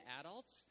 adults